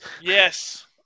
Yes